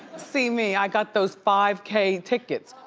see me i got those five k tickets.